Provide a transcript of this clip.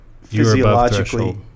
physiologically